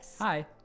Hi